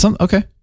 okay